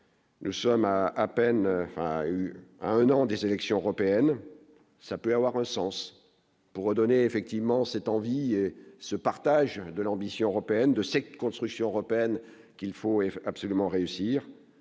a eu, à un an des élections européennes, ça peut avoir un sens pour redonner effectivement cette envie et ce partage de l'ambition européenne de cette construction européenne qu'il faut, il faut absolument réussir